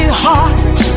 heart